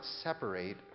separate